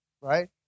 right